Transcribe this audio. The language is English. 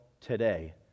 today